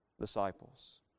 disciples